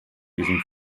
diesem